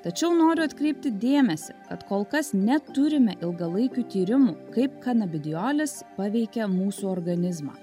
tačiau noriu atkreipti dėmesį kad kol kas neturime ilgalaikių tyrimų kaip kanabidijolis paveikia mūsų organizmą